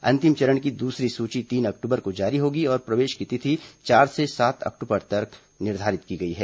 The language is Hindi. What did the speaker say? अंतिम चरण की दूसरी सूची तीन अक्टूबर को जारी होगी और प्रवेश की तिथि चार से सात अक्टूबर तक निर्धारित की गई है